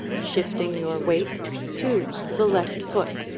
shifting your weight to the left foot.